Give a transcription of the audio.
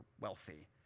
wealthy